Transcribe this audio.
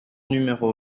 numéro